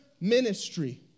ministry